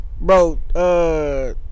Bro